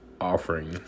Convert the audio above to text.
offering